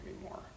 anymore